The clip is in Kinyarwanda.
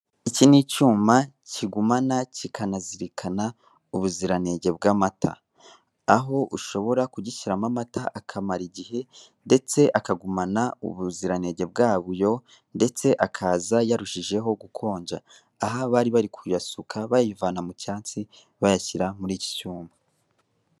Iki ni icyuma kigumana kikanazirikana ubuziranenge bw'amata aho ushobora kugishyiramo amata akamara igihe ndetse akagumana ubuziranenge bwayo ndetse akaza yarushijeho gukonja, aha bari bari kuyasuka bayavana mu cyansi bayashyira muri iki cyuma.